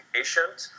patient